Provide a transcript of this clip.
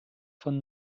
von